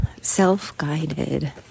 self-guided